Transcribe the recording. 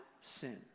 sin